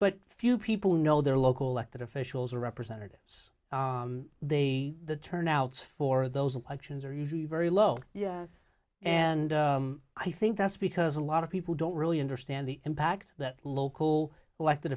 but few people know their local elected officials or representatives they the turnouts for those actions are usually very low yes and i think that's because a lot of people don't really understand the impact that local elected